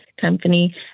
company